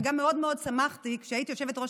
וגם מאוד מאוד שמחתי כשהיית יושבת-ראש